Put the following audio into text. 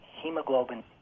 hemoglobin